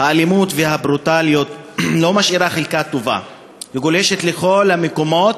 האלימות והברוטליות לא משאירות חלקה טובה וגולשות לכל המקומות,